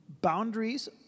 Boundaries